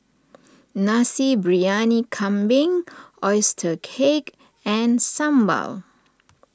Nasi Briyani Kambing Oyster Cake and Sambal